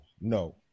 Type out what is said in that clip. no